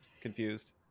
confused